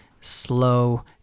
slow